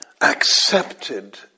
accepted